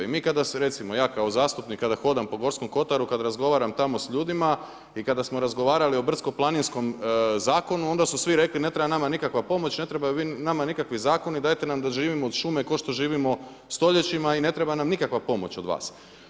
I mi kada se recimo, ja kao zastupnik kada hodam po Gorskom kotaru, kada razgovaram tamo s ljudima i kada smo razgovarali o brdsko-planinskom zakonu onda su svi rekli ne treba nama nikakva pomoć, ne trebaju nama nikakvi zakoni, dajte nam da živimo od šume kao što živimo stoljećima i ne treba nam nikakva pomoć od vas.